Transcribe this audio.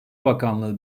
bakanlığı